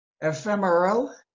ephemeral